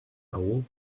awoke